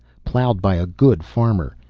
ploughed by a good farmer.